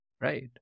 Right